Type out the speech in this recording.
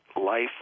life